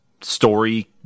story